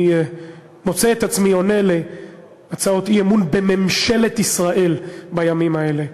אני מוצא את עצמי עונה על הצעות אי-אמון בממשלת ישראל בימים האלה.